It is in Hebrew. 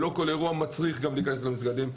לא כל אירוע גם מצריך כניסה למסגדים.